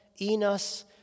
Enos